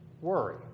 worry